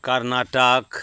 Karnataka